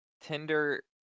Tinder